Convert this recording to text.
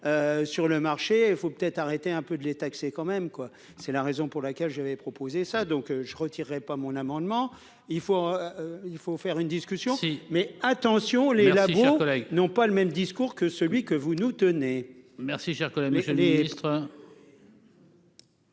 sur le marché, il faut peut-être arrêter un peu de les taxer quand même quoi, c'est la raison pour laquelle j'avais proposé ça, donc je retirerai pas mon amendement, il faut, il faut faire une discussion mais attention, les labos collègues n'ont pas le même discours que celui que vous nous tenez. Merci, cher collègue, mais les lustres.